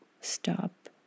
stop